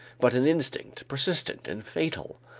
but an instinct, persistent and fatal.